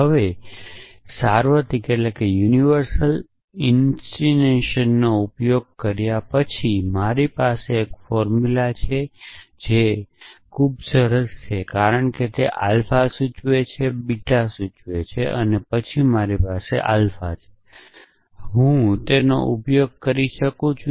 હવે સાર્વત્રિક ઇન્સ્ટિનશીએનનો ઉપયોગ કર્યા પછી મારી પાસે એક ફોર્મુલા છે જે ખૂબ સરસ છે કારણ કે તે કહે છે કે આલ્ફા એ બીટા સૂચવે છે અને પછી મારી પાસે આલ્ફા છે અને હું તેનો ઉપયોગ કરી શકું છું